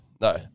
no